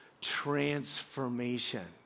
transformation